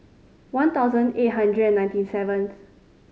one thousand eight hundred and ninety seventh